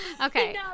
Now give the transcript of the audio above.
okay